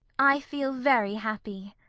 i feel very happy.